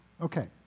Okay